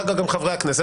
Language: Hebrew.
אחר כך גם חברי הכנסת,